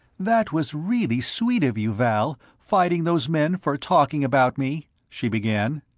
that was really sweet of you, vall, fighting those men for talking about me, she began.